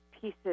pieces